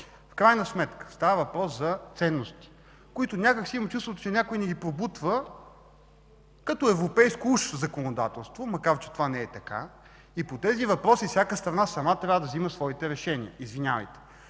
в крайна сметка става въпрос за ценности, които, имам чувството, че някой ни ги пробутва, като уж европейско законодателство, макар че това не е така. По тези въпроси всяка страна сама трябва да взима своите решения, извинявайте.